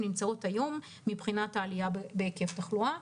נמצאות היום מבחינת עלייה בהיקף התחלואה.